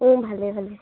অঁ ভালে ভালে